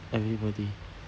everybody